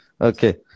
Okay